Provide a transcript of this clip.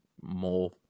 more